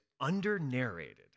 under-narrated